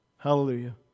Hallelujah